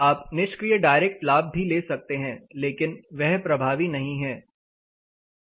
आप निष्क्रिय डायरेक्ट लाभ भी ले सकते हैं लेकिन वह प्रभावी नहीं है